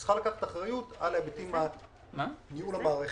צריכה לקחת אחריות על היבטים של ניהול המערכת,